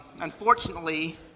unfortunately